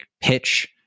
pitch